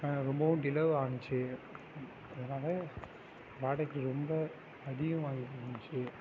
ரொம்பவும் டிலேவும் ஆகிச்சி அதனால வாடைக்கு ரொம்ப அதிகமாக இருந்துச்சு